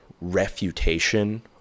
refutation